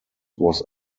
was